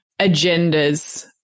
agendas